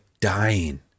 dying